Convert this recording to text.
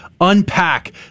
unpack